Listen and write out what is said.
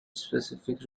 specific